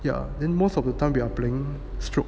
ya then most of the time we are playing stroke